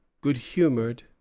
good-humoured